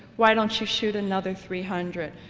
why don't you shoot another three hundred.